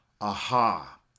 aha